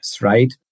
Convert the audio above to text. Right